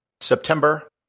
September